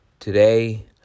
Today